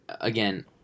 again